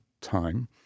time